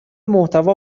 محتوا